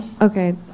okay